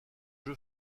jeu